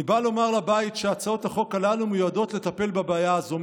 אני בא לומר לבית שהצעות החוק הללו מיועדות לטפל בבעיה הזו.